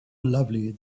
lovely